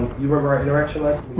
you remember our interaction last